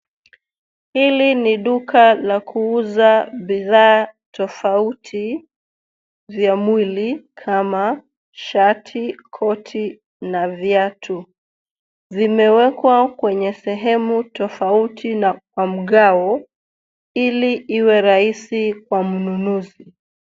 Hili ni duka la kuuza bidhaa tofauti vya mwili kama shati ,koti na viatu. Vimewekwa kwenye sehemu tofauti na kwa mgao ili iwe rahisi kwa mnunuzi.